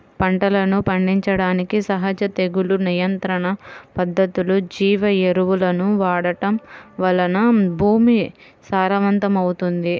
పంటలను పండించడానికి సహజ తెగులు నియంత్రణ పద్ధతులు, జీవ ఎరువులను వాడటం వలన భూమి సారవంతమవుతుంది